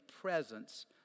presence